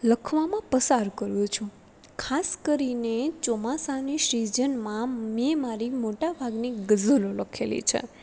લખવામાં પસાર કરું છું ખાસ કરીને ચોમાસાની સિઝનમાં મેં મારી મોટાભાગની ગઝલો લખેલી છે